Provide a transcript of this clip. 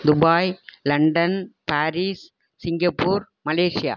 Dubai London Paris Singapore Malaysia